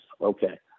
okay